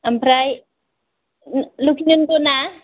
ओमफ्राय लकिनन्थ ना